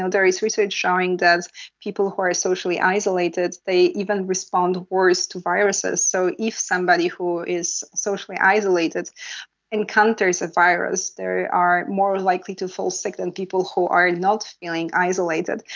ah there is research showing that people who are socially isolated, they even respond worse to viruses, so if somebody who is socially isolated encounters a virus, they are more likely to fall sick than people who are not feeling isolated,